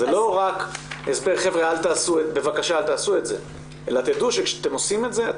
זה לא רק בבקשה אל תעשו את זה אלא תדעו שכאשר אתם עושים את זה,